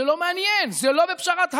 זה לא מעניין, זה לא בפשרת האוזר.